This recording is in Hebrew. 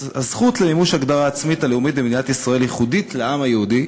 הזכות למימוש ההגדרה העצמית הלאומית במדינת ישראל ייחודית לעם היהודי.